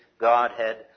Godhead